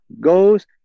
goes